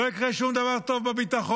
לא יקרה שום דבר טוב בביטחון,